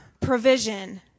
provision